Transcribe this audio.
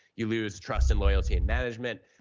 you lose trust and loyalty in management.